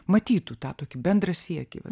matytų tą tokį bendrą siekį